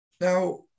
Now